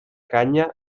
canya